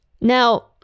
Now